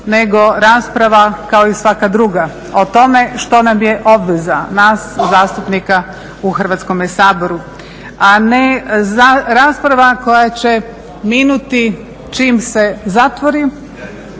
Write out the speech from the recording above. nego rasprava kao i svaka druga o tome što nam je obveza, nas zastupnika u Hrvatskome Sabora. A ne rasprava koja će minuti čim se zatvori